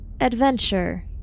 adventure